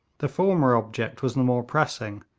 the former object was the more pressing,